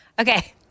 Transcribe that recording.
Okay